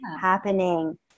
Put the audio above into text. happening